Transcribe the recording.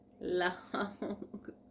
long